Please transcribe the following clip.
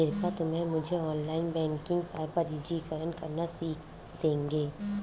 कृपया तुम मुझे ऑनलाइन बैंकिंग पर पंजीकरण करना सीख दोगे?